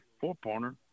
four-pointer